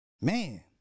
Man